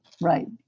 right